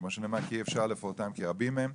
כמו שנאמר, אי אפשר לפרטם כי רבים הם.